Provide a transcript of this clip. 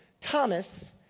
Thomas